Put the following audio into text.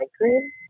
cream